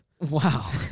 Wow